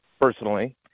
personally